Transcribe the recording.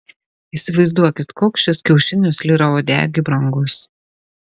įsivaizduokit koks šis kiaušinis lyrauodegiui brangus